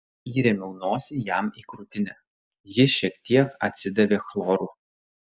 įrėmiau nosį jam į krūtinę ji šiek tiek atsidavė chloru